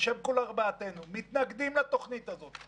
בשם כל ארבעתנו מתנגדים לתוכנית הזאת,